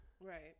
right